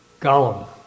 Gollum